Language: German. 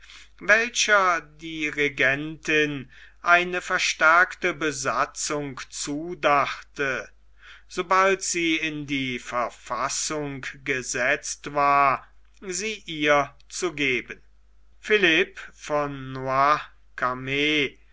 welcher die regentin eine verstärkte besatzung zudachte sobald sie in die verfassung gesetzt war sie ihr zu geben philipp von